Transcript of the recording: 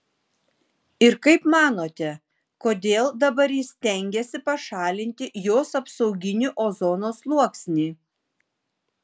ir kaip manote kodėl dabar jis stengiasi pašalinti jos apsauginį ozono sluoksnį